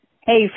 hey